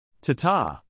Ta-ta